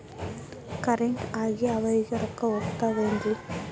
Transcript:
Correct ಆಗಿ ಅವರಿಗೆ ರೊಕ್ಕ ಹೋಗ್ತಾವೇನ್ರಿ?